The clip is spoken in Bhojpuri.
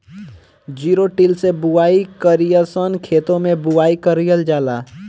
जिरो टिल से बुआई कयिसन खेते मै बुआई कयिल जाला?